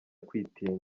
kwitinya